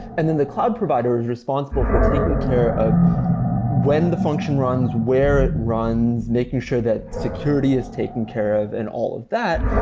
and then the cloud provider is responsible for taking care of when the function runs. where it runs? making sure that security is taken care of and all of that.